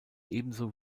ebenso